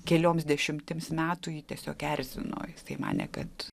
kelioms dešimtims metų jį tiesiog erzino tai manė kad